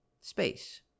space